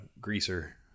greaser